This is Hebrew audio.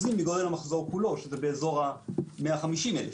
מגודל המחזור כולו שזה באזור ה-150 אלף.